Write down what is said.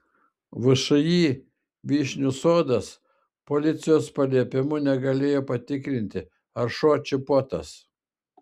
všį vyšnių sodas policijos paliepimu negalėjo patikrinti ar šuo čipuotas